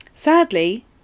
Sadly